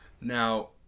Now